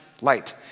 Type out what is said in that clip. light